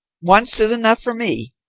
once is enough for me.